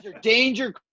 danger